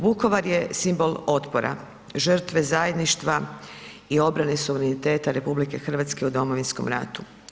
Vukovar je simbol otpora, žrtve zajedništva i obrane suvereniteta RH u Domovinskom ratu.